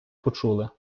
почули